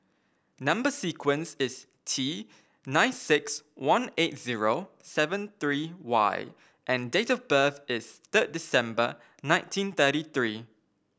number sequence is T nine six one eight zero seven three Y and date of birth is third December nineteen thirty three